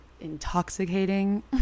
intoxicating